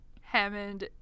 Hammond